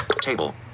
Table